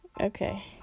Okay